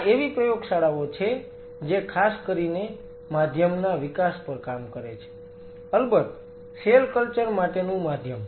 આ એવી પ્રયોગશાળાઓ છે જે ખાસ કરીને માધ્યમના વિકાસ પર કામ કરે છે અલબત સેલ કલ્ચર માટેનું માધ્યમ